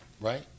right